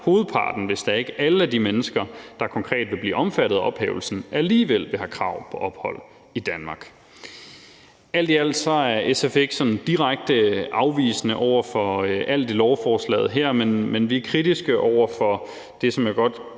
hovedparten, hvis da ikke alle af de mennesker, der konkret vil blive omfattet af ophævelsen, alligevel vil have krav på ophold i Danmark. Alt i alt er SF ikke sådan direkte afvisende over for alt i lovforslaget her, men vi er kritiske over for det, som jeg godt